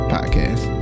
Podcast